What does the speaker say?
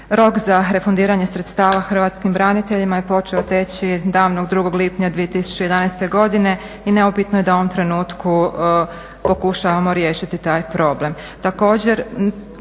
rok za refundiranje sredstava hrvatskim braniteljima je počeo teći davnog 2. lipnja 2011. godine i neupitno je da u ovom trenutku pokušavamo riješiti taj problem.